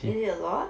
is it a lot